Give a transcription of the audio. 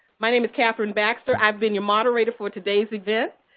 my name is kathryn baxter. i've been your moderator for today's event.